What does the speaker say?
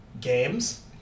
games